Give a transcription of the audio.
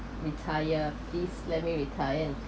retire please let me retire and